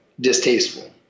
distasteful